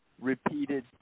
repeated